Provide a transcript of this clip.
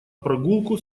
прогулку